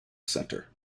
centre